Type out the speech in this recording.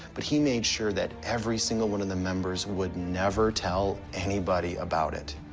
but he made sure that every single one of the members would never tell anybody about it.